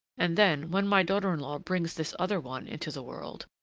and then, when my daughter-in-law brings this other one into the world,